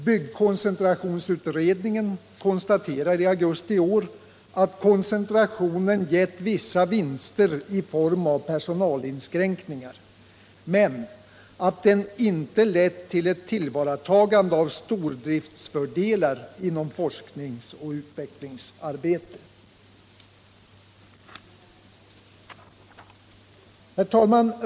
Byggkoncentrationsutredningen konstaterade i augusti i år att ”koncentrationen gett vissa vinster i form av personalinskränkningar” men att den ”inte lett till ett tillvaratagande av stordriftsfördelar inom forskningsoch utvecklingsarbetet”. Herr talman!